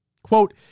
Quote